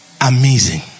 amazing